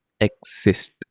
exist